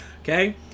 okay